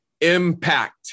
Impact